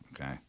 Okay